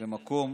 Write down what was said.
למקום